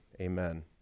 amen